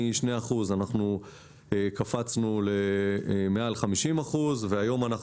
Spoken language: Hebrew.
מ-2 אחוזים אנחנו קפצנו למעל 50 אחוזים והיום אנחנו